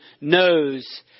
knows